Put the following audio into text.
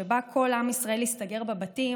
שבה כל עם ישראל הסתגר בבתים,